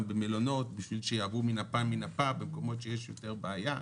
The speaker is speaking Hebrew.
במלונות בשביל שיהיו במקומות שיש יותר בעיה,